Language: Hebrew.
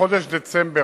אכן,